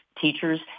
Teachers